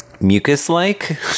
mucus-like